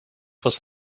was